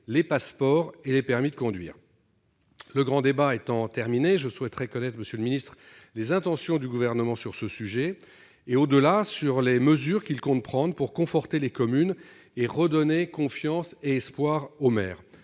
les passeports et les permis de conduire ». Le grand débat étant terminé, je souhaiterais connaître les intentions du Gouvernement sur ce sujet et, au-delà, sur les mesures qu'il compte prendre pour conforter les communes et redonner confiance et espoir aux maires.